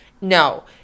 No